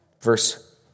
verse